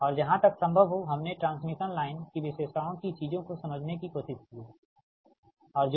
और जहां तक संभव हो हमने ट्रांसमिशन लाइन की विशेषताओं की चीजों को समझने की कोशिश की है ठीक है